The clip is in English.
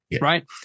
right